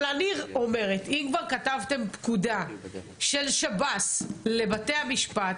אבל אני אומרת שאם כבר כתבתם פקודה של שירות בתי הסוהר לבתי המשפט,